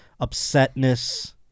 upsetness